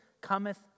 cometh